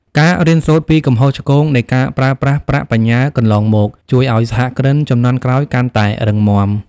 ការរៀនសូត្រពីកំហុសឆ្គងនៃការប្រើប្រាស់ប្រាក់បញ្ញើកន្លងមក ជួយឱ្យសហគ្រិនជំនាន់ក្រោយកាន់តែរឹងមាំ។